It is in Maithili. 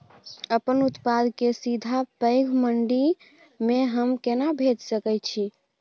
अपन उत्पाद के सीधा पैघ मंडी में हम केना भेज सकै छी?